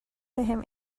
بهم